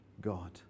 God